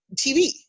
TV